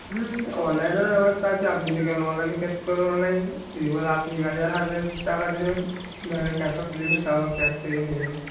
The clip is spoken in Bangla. হুম অনলাইনেরও ব্যবস্থা আছে আপনি যদি অনলাইনে করবেন অনলাইনে যদি বলেন আপনি ম্যানেজারের হাতে টাকা দেবেন ক্যাশ অন ডেলিভারি তাও ক্যাশ হয়ে যাবে